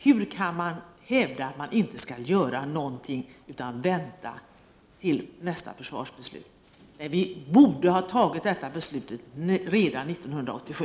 Hur kan moderaterna hävda att vi inte skall göra något utan vänta tills nästa försvarsbeslut när vi borde ha fattat detta beslut redan 1987?